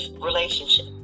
relationship